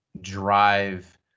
drive